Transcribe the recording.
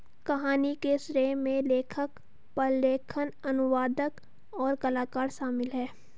कहानी के श्रेय में लेखक, प्रलेखन, अनुवादक, और कलाकार शामिल हैं